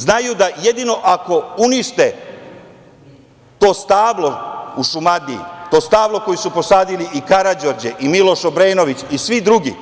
Znaju da jedino ako unište to stablo u Šumadiji, to stablo koje su posadili i Karađorđe i Miloš Obrenović i svi drugi,